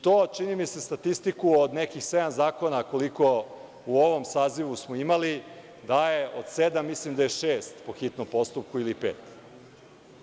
To čini mi se statistiku od nekih sedam zakona, koliko u ovom sazivu smo imali, mislim da je šest po hitnom postupku ili pet.